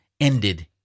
ended